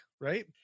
Right